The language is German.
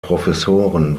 professoren